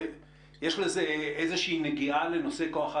יש לזה איזושהי נגיעה לנושא כוח האדם,